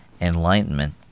enlightenment